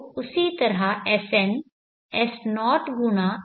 तो उसी तरह Sn S0×1in होगा